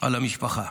על המשפחה.